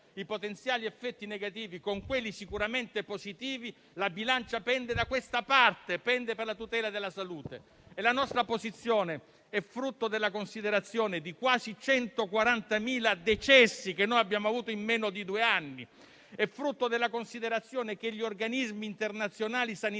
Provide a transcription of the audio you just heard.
- con gli effetti sicuramente positivi, la bilancia pende dalla parte della tutela della salute. La nostra posizione è frutto della consapevolezza dei quasi 140.000 decessi che abbiamo avuto in meno di due anni, è frutto della considerazione che gli organismi internazionali sanitari